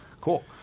Cool